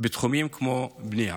בתחומים כמו בנייה.